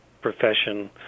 profession